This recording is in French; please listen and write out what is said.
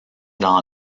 dans